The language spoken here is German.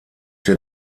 der